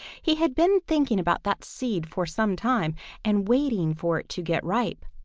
he had been thinking about that seed for some time and waiting for it to get ripe.